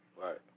Right